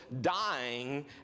dying